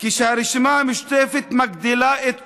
כשהרשימה המשותפת מגדילה את כוחה,